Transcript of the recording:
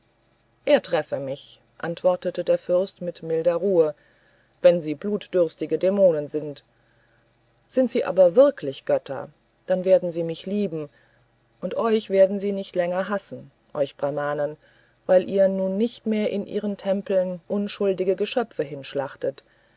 er treffe mich antwortete der fürst mit milder ruhe wenn sie blutdürstige dämonen sind sind sie aber wirklich götter dann werden sie mich lieben und euch werden sie nicht länger hassen euch brahmanen weil ihr nun nicht mehr in ihren tempeln unschuldige geschöpfe hinschlachtet